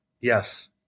Yes